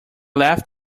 left